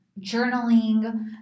journaling